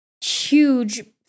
huge